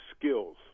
skills